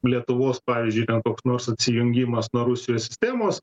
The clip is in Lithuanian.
lietuvos pavyzdžiui koks nors atsijungimas nuo rusijos sistemos